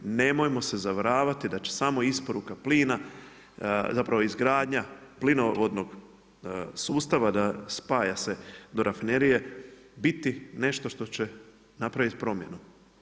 Nemojmo se zavaravati da će samo isporuka plina zapravo izgradnja plinovodnog sustava da spaja se do rafinerije biti nešto što će napraviti promjenu.